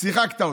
שיחקת אותה.